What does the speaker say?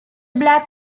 black